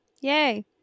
Yay